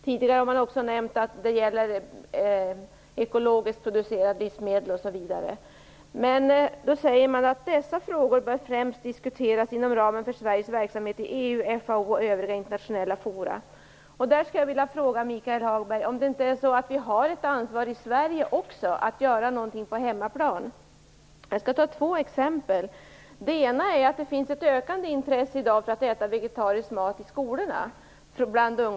Tidigare har man också nämnt att det gäller ekologiskt producerade livsmedel osv. Men sedan säger man: "Dessa frågor bör främst diskuteras inom ramen för Sveriges verksamhet i EU, FAO och övriga internationella fora." Där skulle jag vilja fråga Michael Hagberg om vi inte har ett ansvar för att göra någonting på hemmaplan också. Jag skall ta två exempel. I dag finns det bland ungdomar ett ökande intresse för att äta vegetarisk mat i skolorna.